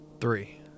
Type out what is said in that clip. three